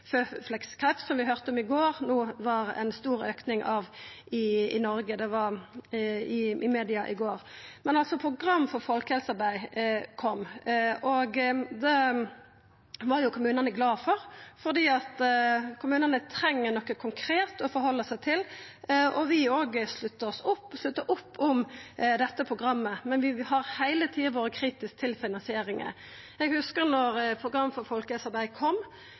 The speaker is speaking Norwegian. som vi i media i går høyrde om at det var ein stor auke av i Noreg. Men programmet for folkehelsearbeid kom, og det var kommunane glade for, for kommunane treng noko konkret å halda seg til. Vi òg sluttar opp om dette programmet, men vi har heile tida vore kritisk til finansieringa. Eg hugsar at da programmet for folkehelsearbeid kom,